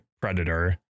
predator